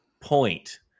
point